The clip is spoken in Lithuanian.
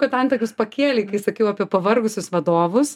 kad antakius pakėlei kai sakiau apie pavargusius vadovus